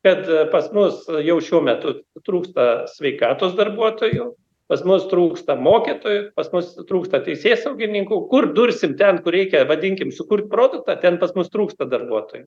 kad pas mus jau šiuo metu trūksta sveikatos darbuotojų pas mus trūksta mokytojų pas mus trūksta teisėsaugininkų kur dursim ten kur reikia vadinkim sukurt produktą ten pas mus trūksta darbuotojų